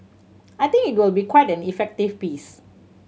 I think it will be quite an effective piece